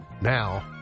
now